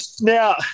Now